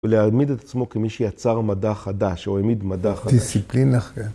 ‫ולהעמיד את עצמו כמי שיצר מדע חדש ‫או העמיד מדע חדש. ‫דיסציפלין אחר.